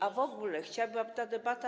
A w ogóle chciałabym, aby ta debata.